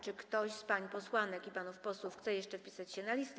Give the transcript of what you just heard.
Czy ktoś z pań posłanek i panów posłów chce jeszcze wpisać się na listę?